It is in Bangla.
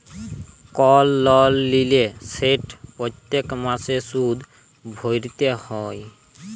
কল লল লিলে সেট প্যত্তেক মাসে সুদ ভ্যইরতে হ্যয়